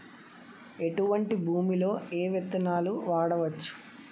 ఎటువంటి భూమిలో ఏ విత్తనాలు వాడవచ్చు?